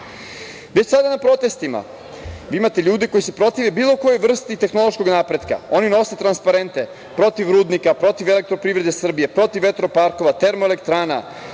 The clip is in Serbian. sada na protestima vi imate ljude koji se protive bilo kojoj vrsti tehnološkog napretka. Oni nose transparente protiv rudnika, protiv „Elektroprivrede Srbije“, protiv vetroparkova, termoelektrana,